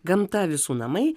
gamta visų namai